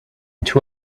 two